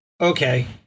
Okay